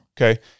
Okay